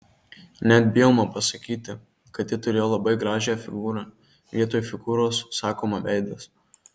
net bijoma pasakyti kad ji turėjo labai gražią figūrą vietoj figūros sakoma veidas